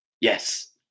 Yes